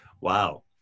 Wow